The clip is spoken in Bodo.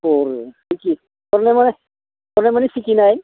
ओह हरनाय माने हरनाय माने सिखिनाय